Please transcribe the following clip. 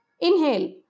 Inhale